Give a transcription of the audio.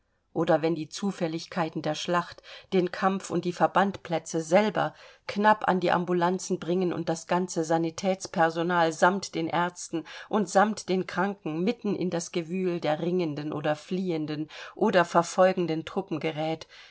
oder wenn die zufälligkeiten der schlacht den kampf und die verbandplätze selber knapp an die ambulancen bringen und das ganze sanitätspersonal samt den ärzten und samt den kranken mitten in das gewühl der ringenden oder fliehenden oder verfolgenden truppen gerät